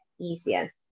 easier